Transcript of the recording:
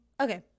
Okay